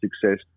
success